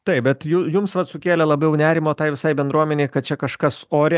taip bet ju jums vat sukėlė labiau nerimą tai visai bendruomenei kad čia kažkas ore